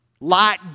Light